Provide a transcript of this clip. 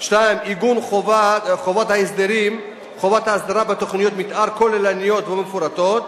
2. עיגון חובת ההסדרה בתוכניות מיתאר כוללניות ומפורטות,